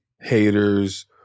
haters